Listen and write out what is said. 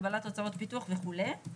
הגבלת הוצאות פיתוח וכולי.